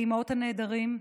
לאימהות הנעדרים,